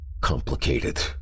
complicated